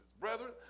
brethren